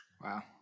Wow